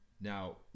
Now